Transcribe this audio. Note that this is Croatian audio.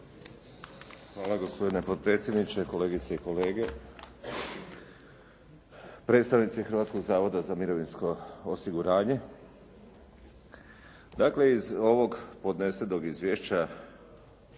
Hvala gospodine potpredsjedniče, kolegice i kolege, predstavnici Hrvatskog zavoda za mirovinsko osiguranje.